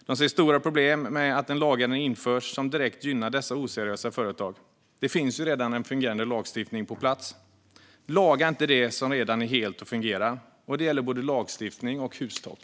De ser stora problem med att en lagändring införs som direkt gynnar dessa oseriösa företag. Det finns ju redan en fungerande lagstiftning på plats. Laga inte det som redan är helt och fungerar. Och det gäller både lagstiftning och hustak.